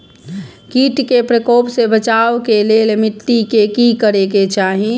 किट के प्रकोप से बचाव के लेल मिटी के कि करे के चाही?